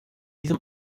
diesem